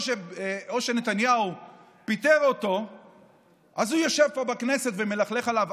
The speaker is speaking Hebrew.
או מי שנתניהו פיטר אותו אז הוא יושב פה בכנסת ומלכלך עליו,